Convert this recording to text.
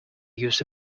use